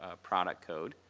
ah product code.